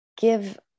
give